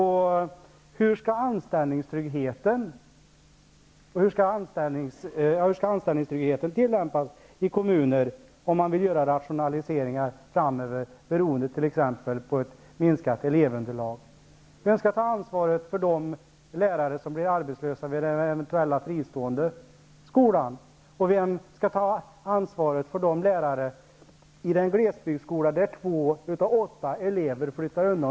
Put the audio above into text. Hur skall anställningstryggheten fungera i kommuner om man vill göra rationaliseringar framöver, beroende t.ex. på ett minskat elevunderlag? Vem skall ta ansvaret för de lärare som blir arbetslösa vid eventuella fristående skolor? Vem skall ta ansvaret för lärarna i den glesbygdsskola där två av åtta elever flyttar undan?